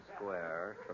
Square